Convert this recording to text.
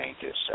changes